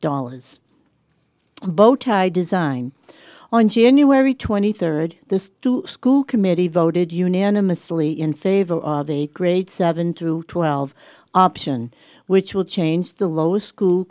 dollars bow tie design on january twenty third the two school committee voted unanimously in favor of the grades seven through twelve option which will change the lower school